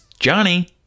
Johnny